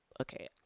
okay